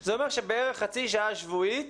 זה אומר שבערך חצי שעה שבועית